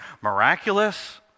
miraculous